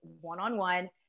one-on-one